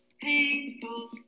painful